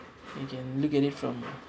you can look at it from